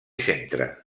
centre